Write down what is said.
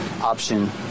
option